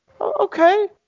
okay